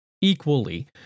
equally